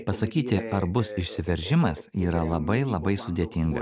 pasakyti ar bus išsiveržimas yra labai labai sudėtinga